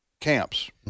camps